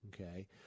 okay